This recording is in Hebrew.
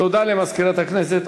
תודה למזכירת הכנסת.